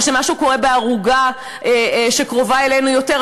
או שמשהו קורה בערוגה שקרובה אלינו יותר,